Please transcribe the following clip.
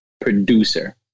producer